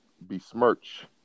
Besmirch